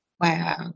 Wow